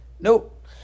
nope